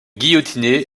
guillotiné